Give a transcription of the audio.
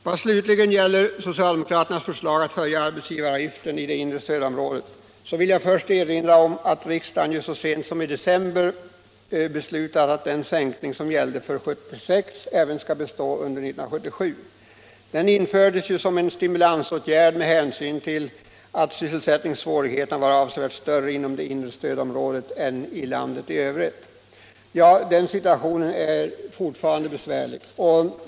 Vad slutligen gäller socialdemokraternas förslag att höja arbetsgivaravgiften i det inre stödområdet vill jag först erinra om att riksdagen ju så sent som i december beslutade att den sänkning som gällde för 1976 skall bestå även under 1977. Den infördes som en stimulansåtgärd med hänsyn till att sysselsättningssvårigheterna var avsevärt större inom det inre stödområdet än i landet i övrigt. Situationen där är fortfarande mycket besvärlig.